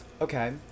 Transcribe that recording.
okay